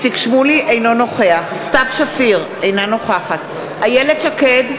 אינו נוכח סתיו שפיר, אינה נוכחת איילת שקד,